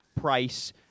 price